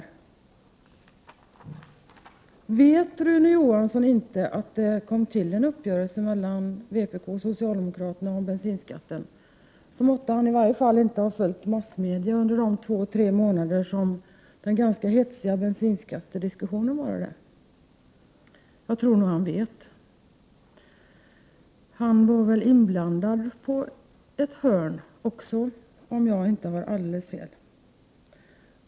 Om inte Rune Johansson vet att det kom till stånd en uppgörelse mellan vpk och socialdemokraterna om bensinskatten, måtte han inte ha följt massmedia under de två, tre månader som den ganska hetsiga diskussionen om bensinskatten fördes. Jag tror nog att han vet. Också Rune Johansson var väl inblandad på ett hörn, om jag inte minns alldeles fel.